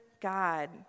God